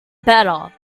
better